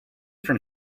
from